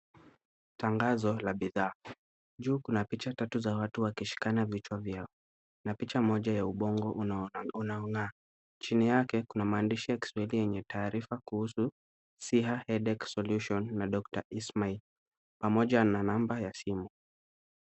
Tangazo la bidhaa. Juu kuna picha tatu za watu wakishikana vichwa vyao na picha moja wa ubongo unaong’aa. Chini yake kuna maandishi ya kiswahili yenye taarifa kuhusu Siha Headache Solution na Doctor Ishmael pamoja na namba ya simu.